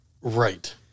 Right